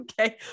Okay